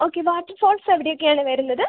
okay waterfalls എവിടെയൊക്കെയാണ് വരുന്നത്